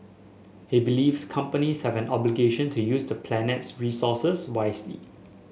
he believes companies have an obligation to use the planet's resources wisely